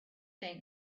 thing